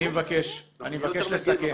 אני צריך לסכם, אני מצטער.